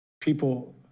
people